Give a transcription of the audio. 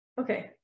Okay